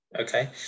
Okay